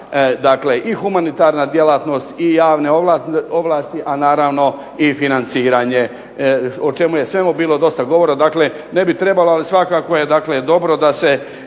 definira i humanitarna djelatnost i javne ovlasti a naravno i financiranje o čemu je svemu bilo dosta govora. Dakle, ne bi trebalo ali svakako je dakle dobro da se